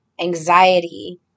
anxiety